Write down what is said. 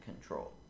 control